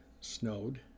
snowed